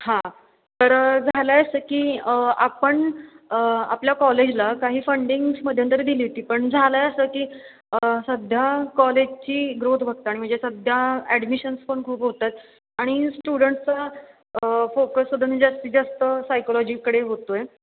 हां तर झालं आहे असं की आपण आपल्या कॉलेजला काही फंडिंग्स मध्यंतरी तरी दिली होती पण झालं आहे असं की सध्या कॉलेजची ग्रोथ बघता आणि म्हणजे सध्या ॲडमिशन्स पण खूप होत आहेत आणि स्टुडंटचा फोकस सुद्धा म्हणजे जास्तीत जास्त सायकोलॉजीकडे होतो आहे